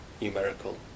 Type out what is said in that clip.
numerical